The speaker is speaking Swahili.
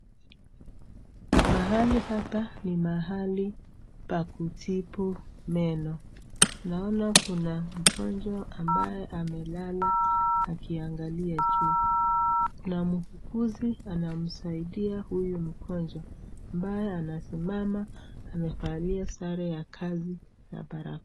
Mahali hapa ni mahali pa kutibu meno. Naona kuna mgonjwa ambaye amelala akiangalia juu. Kuna muuguzi anamsamsaidia huyu mgonjwa ambaye amesimama, amevalia sare ya kazi na barakoa.